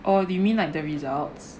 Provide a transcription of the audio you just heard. or do you mean like the results